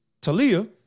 Talia